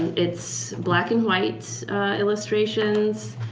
it's black and white illustrations.